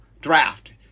draft